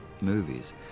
movies